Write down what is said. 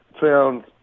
found